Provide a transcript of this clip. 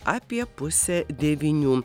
apie pusę devynių